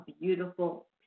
beautiful